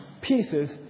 pieces